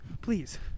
Please